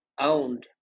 owned